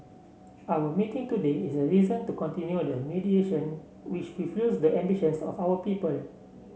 our meeting today is a reason to continue the mediation which fulfills the ambitions of our people